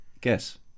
Guess